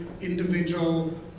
individual